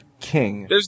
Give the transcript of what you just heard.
king